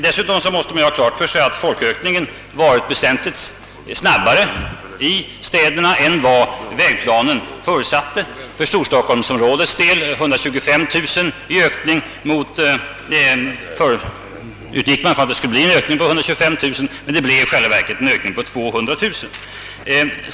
Dessutom måste man ha klart för sig att folkökningen varit väsentligt snabbare i städerna än vad vägplanen förutsatte. För storstockholmsområdets del utgick man från att det skulle bli en ökning på 125 000, men det blev i själva verket en ökning på 200 000.